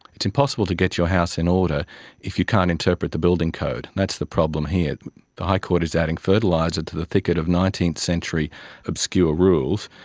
it's impossible to get your house in order if you can't interpret the building code, that's the problem here. the high court is adding fertiliser to the thicket of nineteenth century obscure rules,